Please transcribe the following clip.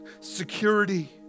security